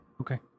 Okay